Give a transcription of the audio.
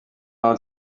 out